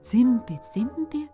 cimpė cimpė